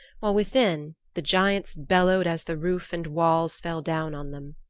while within the giants bellowed as the roof and walls fell down on them.